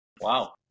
wow